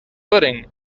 footing